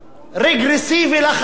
רגרסיבי לחלוטין.